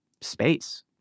space